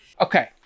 Okay